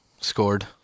scored